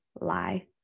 lie